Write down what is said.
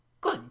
Good